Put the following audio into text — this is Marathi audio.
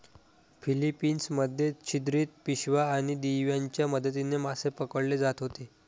फिलीपिन्स मध्ये छिद्रित पिशव्या आणि दिव्यांच्या मदतीने मासे पकडले जात होते